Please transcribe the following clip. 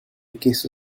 queso